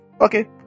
okay